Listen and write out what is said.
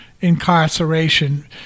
incarceration